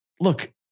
look